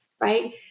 right